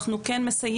אנחנו כן מסייעים,